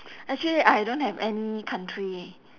actually I don't have any country